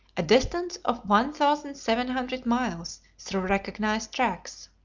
a distance of one thousand seven hundred miles through recognised tracks.